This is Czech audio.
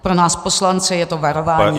Pro nás poslance je to varování